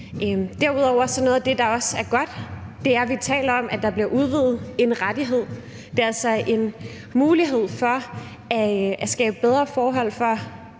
Derudover er noget af det, som også er godt, at vi taler om, at en rettighed bliver udvidet. Det er altså en mulighed for at skabe bedre forhold for